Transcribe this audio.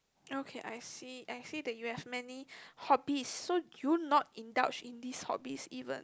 okay I see I see that you have many hobbies so do you not indulge in these hobbies even